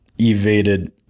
evaded